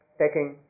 taking